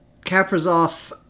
Kaprizov